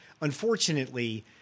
Unfortunately